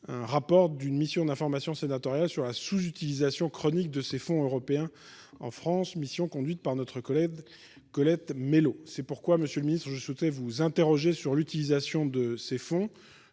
Un rapport d'une mission d'information sénatoriale sur la sous-utilisation chronique de ces fonds européens en France, mission conduite par notre collègue Colette Mélot c'est pourquoi Monsieur le Ministre, je souhaitais vous interroger sur l'utilisation de ces fonds